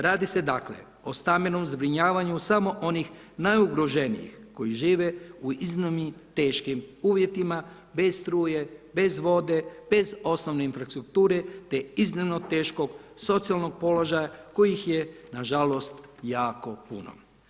Radi se dakle, o stambenom zbrinjavanju samo onih najugroženijih koji žive u iznimno teškim uvjetima bez struje, bez vode, bez osnovne infrastrukture, te iznimno teškog socijalnog položaja kojih je na žalost jako puno.